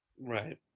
Right